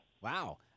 Wow